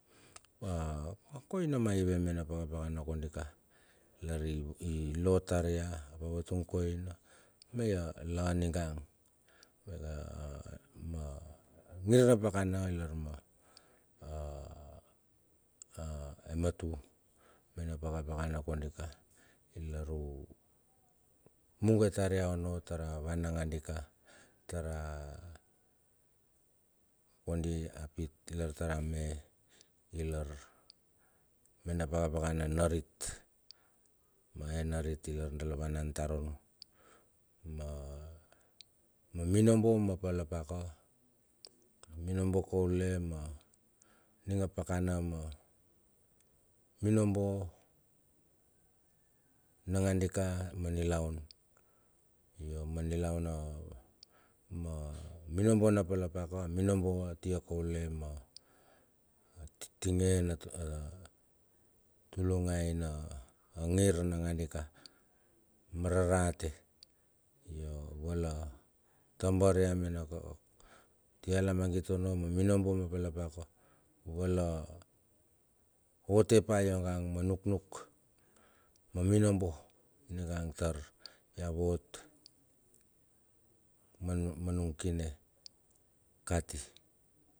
A koina maive me na pakapakana koundi ka lar i lo tar ia. Avatun koina me la nunga ma ma ma angir na pakaa lar maa a ematu me na pakapaka na kodika lar u mugo tar ia onno tar a van nanga dika tar kodi apit lar tar a me ilar me na pakapakana narit, ma e narit ilar dala vananatar onno. Ma minobo napalapaka minobo kaule ma ning a pakana ma minobo nangandika ma nilaun yo ma nilaun na ma minobo na palapaka minobo atia kaule ma tinge atulungai na ngir nangadika ma rarate iava tabar ia me tialamagit onno ma minobo ma palapaka vala ote pa iotka ma nuknuk ma minobo ningan tar ya vot ma nung kine kati.